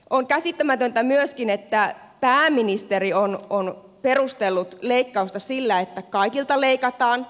on käsittämätöntä myöskin että pääministeri on perustellut leikkausta sillä että kaikilta leikataan